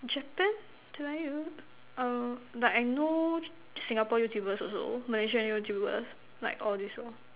Japan do I use uh but I know Singapore Youtuber also Malaysia Youtuber like all this orh